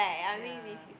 ya